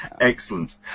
excellent